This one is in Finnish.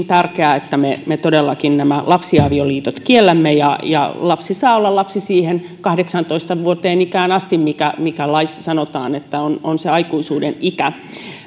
tärkeää että me me todellakin nämä lapsiavioliitot kiellämme ja ja lapsi saa olla lapsi siihen kahdeksantoista vuoden ikään asti mikä mikä laissa sanotaan että on on se aikuisuuden ikä